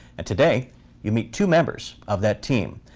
and today you meet two members of that team.